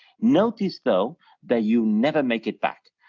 notice though that you never make it back,